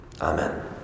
Amen